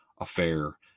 affair